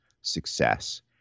success